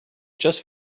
just